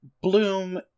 Bloom